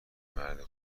مرد